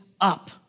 up